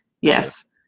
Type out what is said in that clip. yes